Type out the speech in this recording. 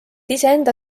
iseenda